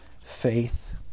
faith